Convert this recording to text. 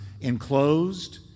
enclosed